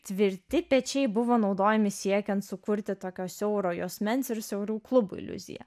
tvirti pečiai buvo naudojami siekiant sukurti tokio siauro juosmens ir siaurų klubų iliuziją